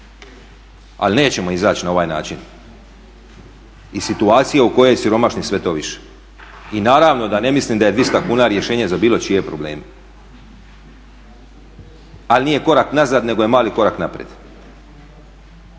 Ali nećemo izaći na ovaj način iz situacije u kojoj siromašni …/Govornik se ne razumije./…. I naravno da ne mislim da je 200 kuna rješenje za bilo čije probleme ali nije korak nazad nego je mali korak naprijed,